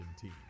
team